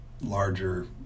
larger